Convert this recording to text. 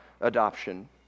adoption